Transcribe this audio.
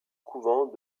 couvent